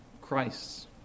Christ's